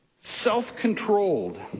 self-controlled